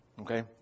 Okay